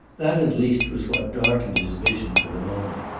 that at least was what darkened his vision for the moment.